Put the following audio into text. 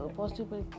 possible